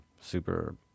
super